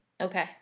Okay